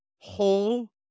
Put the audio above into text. Whole